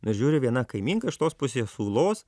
ir žiūriu viena kaimynka iš tos pusės ūlos